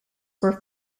were